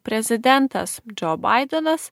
prezidentas džo baidenas